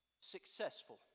successful